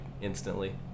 instantly